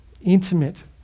intimate